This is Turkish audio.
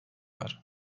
var